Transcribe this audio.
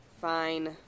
Fine